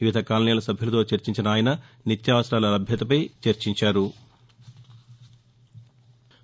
వివిధ కాలనీల సభ్యులతో చర్చించిన ఆయన నిత్యావసరాల లభ్యతపై చర్చించారు